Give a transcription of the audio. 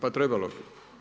Pa trebalo bi.